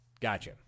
Gotcha